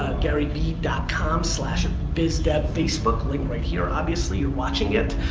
garyvee dot com slash and bizdevfacebook link right here. obviously, you're watching it.